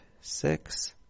six